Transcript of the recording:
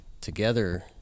Together